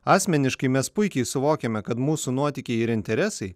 asmeniškai mes puikiai suvokiame kad mūsų nuotykiai ir interesai